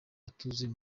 atuzuye